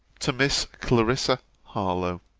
to miss clarissa harlowe